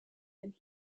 than